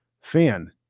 fan